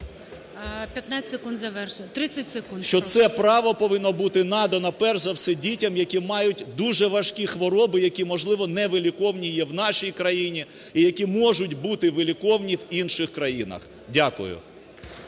15 секунд завершити, 30 секунд… СОБОЛЄВ С.В. …що це право повинно бути надано перш за все дітям, які мають дуже важкі хвороби, які, можливо, не виліковні є в нашій країні і які можуть бути виліковні в інших країнах. Дякую.